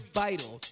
vital